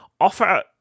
offer